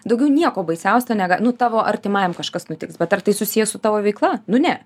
daugiau nieko baisiausia nega tavo artimajam kažkas nutiks bet ar tai susiję su tavo veikla nu ne